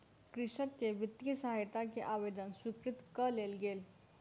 कृषक के वित्तीय सहायता के आवेदन स्वीकृत कय लेल गेल